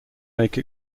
make